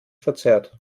verzerrt